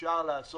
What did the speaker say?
אפשר לעשות